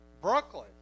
Brooklyn